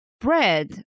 bread